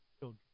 children